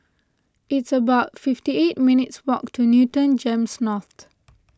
it's about fifty eight minutes' walk to Newton Gems North